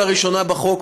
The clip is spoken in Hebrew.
לראשונה בחוק,